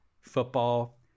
football